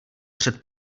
před